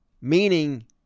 Meaning